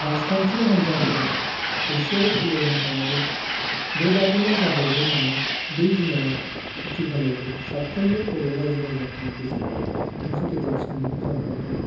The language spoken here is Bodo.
राजखान्थि हानजाफोरा खौसेयाव फैलायनो हायाब्ला बेबादिनो जाबावगोन नामा बे गिनाया आथिखालावबो साफ्रामबो बर' रायजो राजाफोरनि गेजेराव मोनसे गेदेर सोंलु जानानै दङ